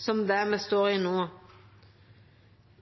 som det me står i no.